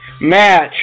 match